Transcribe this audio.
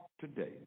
today